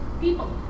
people